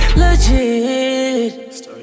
legit